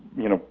you know,